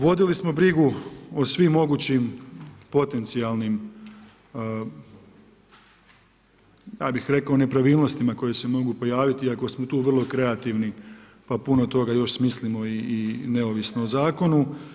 Vodili smo brigu o svim mogućim potencijalnim ja bih rekao nepravilnostima koje se mogu pojaviti, iako smo tu vrlo kreativni pa puno toga još smislimo i neovisno o zakonu.